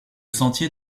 sentier